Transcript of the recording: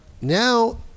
now